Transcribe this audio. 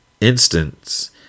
instance